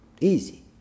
easy